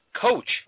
coach